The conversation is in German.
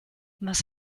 was